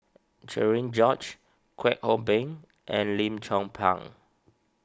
Cherian George Kwek Hong Png and Lim Chong Pang